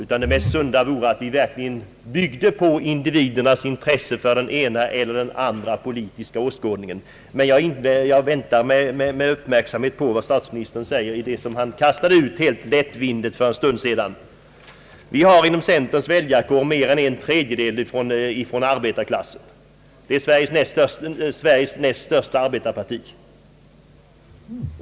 Det mest sunda vore att vi verkligen byggde på individernas intresse för den ena eller andra politiska åskådningen. Jag väntar med uppmärksamhet på vad statsministern säger om det kan kastade ut helt lättvindigt för en stund sedan. Inom centerns väljarkår kommer mer än en tredjedel från arbetarklassen. Centern är Sveriges näst största arbetarparti.